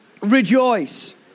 rejoice